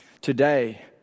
Today